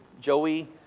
Joey